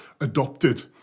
adopted